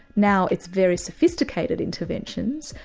now it's very sophisticated interventions,